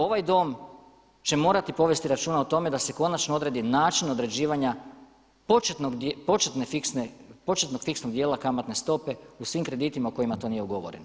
Ovaj dom će morati povesti računa o tome da se konačno odredi način određivanja početne fiksne, početnog fiksnog djela kamatne stope u svim kreditima u kojima to nije ugovoreno.